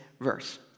verse